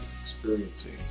experiencing